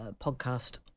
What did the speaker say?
podcast